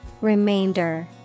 Remainder